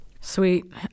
Sweet